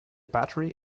battery